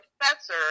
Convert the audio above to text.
professor